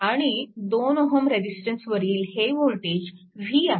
आणि 2 Ω रेजिस्टन्सवरील हे वोल्टेज v आहे